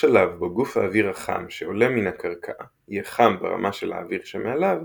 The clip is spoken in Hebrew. בשלב בו גוף האוויר החם שעולה מן הקרקע יהיה חם ברמה של האוויר שמעליו,